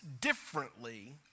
differently